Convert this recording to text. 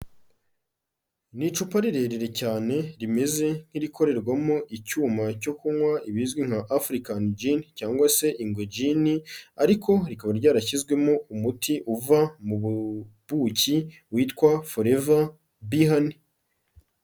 Ni icupa rirerire cyane rimeze nk'irikorerwamo icyuma cyo kunywa, ibizwi nka African gin cyangwa se Ingwe gin ariko rikaba ryarashyizwemo umuti uva mu buki witwa Forevar Bee Honey.